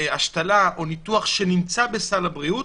השתלה או שניתוח שנמצא בסל הבריאות,